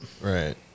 right